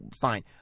Fine